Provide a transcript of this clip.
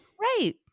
Right